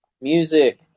Music